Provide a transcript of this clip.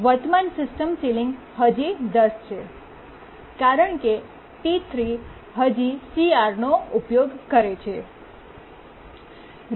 વર્તમાન system ceiling હજી 10 છે કારણ કે T3 હજી સીઆર નો ઉપયોગ કરે છે